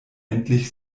endlich